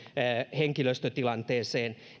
henkilöstötilanteeseen